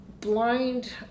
blind